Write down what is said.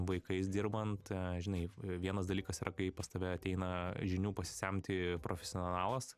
vaikais dirbant žinai vienas dalykas yra kai pas tave ateina žinių pasisemti profesionalas